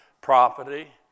property